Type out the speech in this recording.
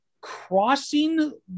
crossing